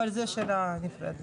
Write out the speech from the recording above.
אבל זו שאלה נפרדת.